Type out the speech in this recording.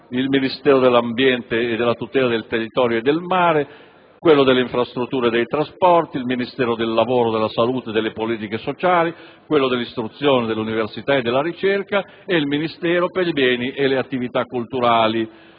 Ministero dell'ambiente e della tutela del territorio e del mare, Ministero delle infrastrutture e dei trasporti, Ministero del lavoro, della salute e delle politiche sociali, Ministero dell'istruzione, dell'università e della ricerca e il Ministero per i beni e le attività culturali.